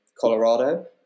Colorado